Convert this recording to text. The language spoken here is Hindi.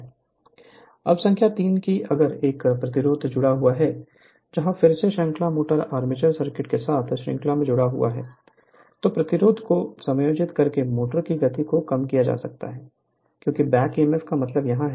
Refer Slide Time 1003 अब संख्या 3 कि अगर एक प्रतिरोध जुड़ा हुआ है जहां फिर से श्रृंखला मोटर आर्मेचर सर्किट के साथ श्रृंखला में जुड़ा हुआ है तो प्रतिरोध को समायोजित करके मोटर की गति को कम किया जा सकता है क्योंकि बैक ईएमएफ I का मतलब यहां है